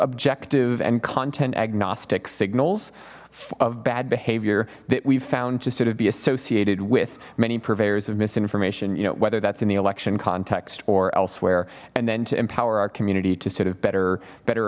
objective and content agnostic signals of bad behavior that we've found to sort of be associated with many purveyors of misinformation you know whether that's in the election context or elsewhere and then to empower our community to sort of better better